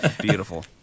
Beautiful